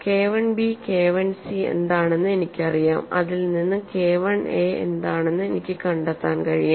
K Ib K Ic എന്താണെന്ന് എനിക്കറിയാം അതിൽ നിന്ന് K I a എന്താണെന്ന് എനിക്ക് കണ്ടെത്താൻ കഴിയും